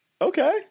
Okay